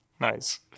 Nice